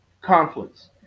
conflicts